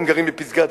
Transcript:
הם גרים בפסגת-זאב,